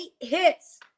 hits